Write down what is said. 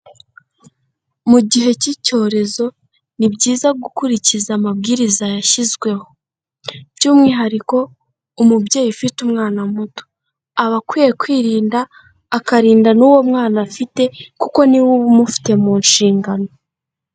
Mu gihe cy'icyorezo ni byiza gukurikiza amabwiriza yashyizweho, by'umwihariko umubyeyi ufite umwana muto, aba akwiye kwirinda akarinda n'uwo mwana afite kuko ni we uba umufite mu nshingano.